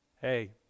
Hey